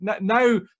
Now